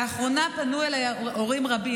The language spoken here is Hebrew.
לאחרונה פנו אליי הורים רבים,